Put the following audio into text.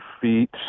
feet